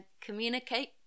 communicate